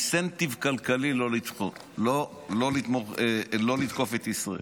אינסנטיב כלכלי לא לתקוף את ישראל.